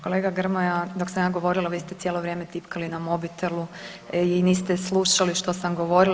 Kolega Grmoja, dok sam ja govorila vi ste cijelo vrijeme tipkali na mobitelu i niste slušali što sam govorila.